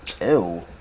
Ew